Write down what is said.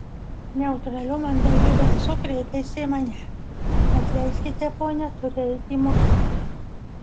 neutraliu mandagiu balsu kreipėsi į mane atleiskite ponia turiu eiti į mokyklą